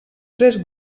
tres